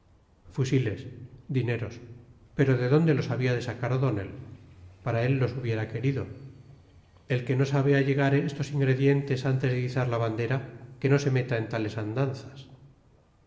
fusiles dineros pero de dónde los había de sacar o'donnell para él los hubiera querido él que no sabe allegar estos ingredientes antes de izar la bandera que no se meta en tales andanzas